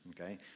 Okay